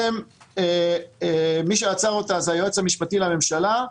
מי שעצר אותה היה היועץ המשפטי לממשלה,